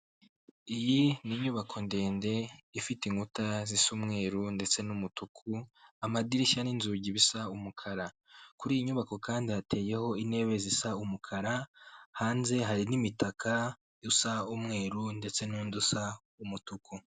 Iyi ni inyubako ndende ifite inkuta zisa umweru ndetse n'umutuku, amadirishya n'inzugi bisa umukara, kuri iyi nyubako kandi yateyeho intebe zisa umukara, hanze hari n'imitaka isa umweru ndetse n'undi usa umutuku.